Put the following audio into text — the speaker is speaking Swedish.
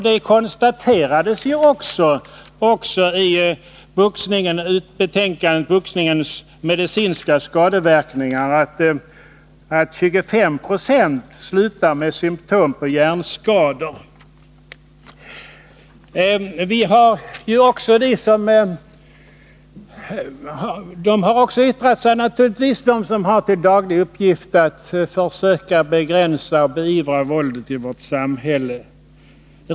Det konstaterades också i betänkandet Boxningens medicinska skadeverkningar att 25 20 slutade med symtom på hjärnskador. De som har till daglig uppgift att försöka begränsa och beivra våldet i vårt samhälle har naturligtvis yttrat sig om detta.